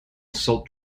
salt